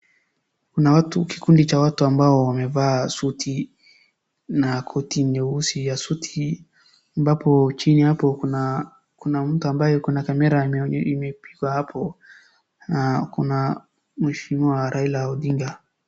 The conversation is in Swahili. Kuna watu, kikundi cha watu ambao wamevaa suti, na koti nyeusi ya suti hii, ambapo chini ya hapo kuna mtu ambaye yuko na camera ame imepigwa hapo, na kuna mheshimiwa Raila Odinga.